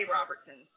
Robertson